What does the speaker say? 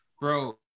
Bro